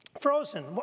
Frozen